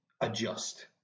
adjust